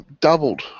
doubled